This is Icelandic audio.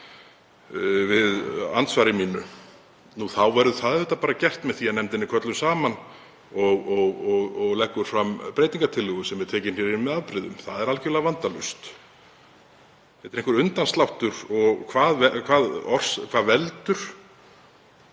við andsvari mínu þá yrði þetta bara gert með því að nefndin er kölluð saman og hún leggur fram breytingartillögu sem er tekin inn hér með afbrigðum. Það er algerlega vandalaust. Þetta er einhver undansláttur. Hvað veldur?